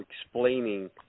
explaining